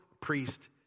priest